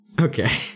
Okay